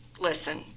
Listen